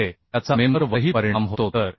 त्यामुळे त्याचा मेंबर वरही परिणाम होतो